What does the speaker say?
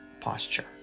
posture